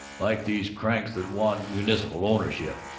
like these cranks that want municipal ownership.